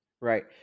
Right